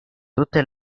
tutte